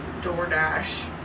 DoorDash